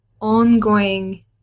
ongoing